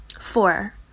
Four